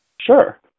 Sure